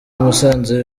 musanze